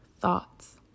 thoughts